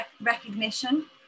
recognition